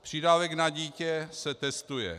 Přídavek na dítě se testuje.